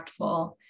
impactful